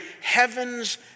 heaven's